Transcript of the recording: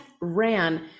ran